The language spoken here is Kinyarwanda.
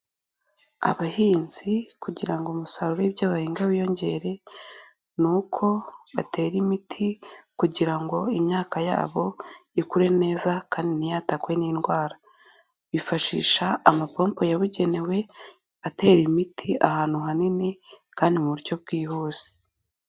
Abahinzi kugira ngo umusaruro w'ibyo bahinga wiyongere, ni uko batera imiti, kugira ngo imyaka yabo ikure neza kandi ntihatakwe n'indwara, bifashisha amapompo yabugenewe atera imiti ahantu hanini kandi mu buryo bwihuse.